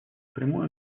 прямое